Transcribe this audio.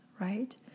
right